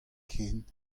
ken